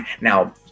Now